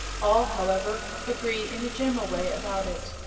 all, however, agree in a general way about it.